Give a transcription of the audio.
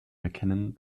erkennen